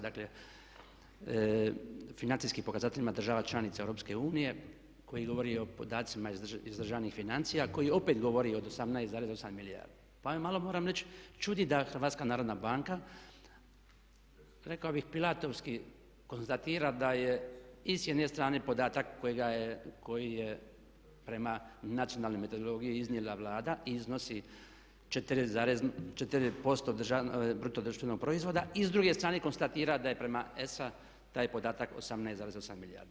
Dakle, financijskim pokazateljima država članica EU koji govori o podacima iz državnih financija koji opet govori od 18,8 milijardi, pa me malo moram reći čudi da HNB rekao bih Pilatovski konstatira da je i s jedne strane podatak koji je prema nacionalnoj metodologiji iznijela Vlada iznosi 4% bruto društvenog proizvoda i s druge strane konstatira da je prema ESA taj podatak 18,8 milijardi.